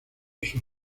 sus